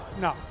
no